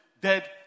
dead